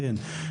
כן.